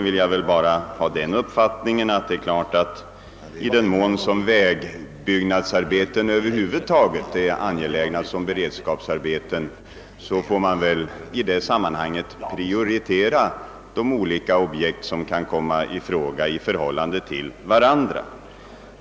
I den mån vägbyggnadsarbeten är aktuella som beredskapsarbeten får man bedöma om sådana objekt bör få prioritet.